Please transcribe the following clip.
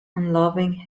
unloving